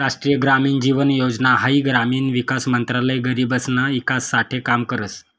राष्ट्रीय ग्रामीण जीवन योजना हाई ग्रामीण विकास मंत्रालय गरीबसना ईकास साठे काम करस